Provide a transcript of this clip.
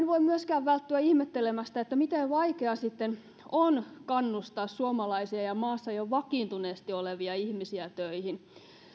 voi myöskään välttyä ihmettelemästä miten vaikeaa sitten on kannustaa suomalaisia ja maassa jo vakiintuneesti olevia ihmisiä töihin